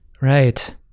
Right